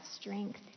strength